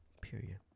Period